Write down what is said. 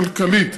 כללית,